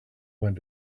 went